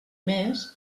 més